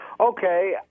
Okay